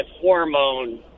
hormone